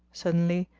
suddenly,